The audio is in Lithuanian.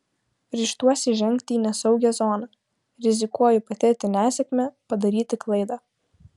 ryžtuosi žengti į nesaugią zoną rizikuoju patirti nesėkmę padaryti klaidą